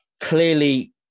clearly